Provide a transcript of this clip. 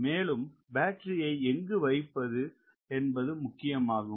மேலும் பேட்டரியை எங்கு வைப்பது என்பது முக்கியமாகும்